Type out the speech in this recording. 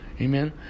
Amen